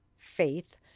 faith